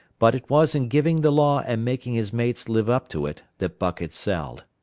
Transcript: but it was in giving the law and making his mates live up to it, that buck excelled.